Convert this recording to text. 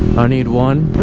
i need one